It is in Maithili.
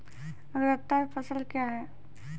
अग्रतर फसल क्या हैं?